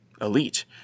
elite